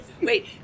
Wait